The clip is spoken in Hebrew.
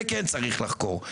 זה כן צריך לחקור.